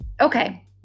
Okay